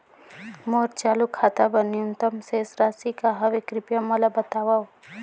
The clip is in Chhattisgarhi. मोर चालू खाता बर न्यूनतम शेष राशि का हवे, कृपया मोला बतावव